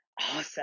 awesome